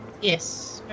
Yes